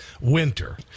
winter